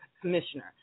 commissioner